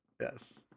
Yes